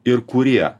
ir kurie